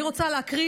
אני רוצה להקריא,